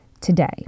today